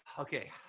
okay.